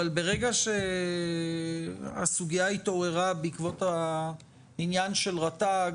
אבל ברגע שהסוגיה התעוררה בעקבות העניין של רשות הטבע והגנים,